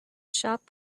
shop